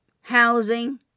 housing